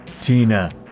Tina